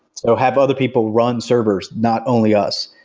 so have other people run servers, not only us.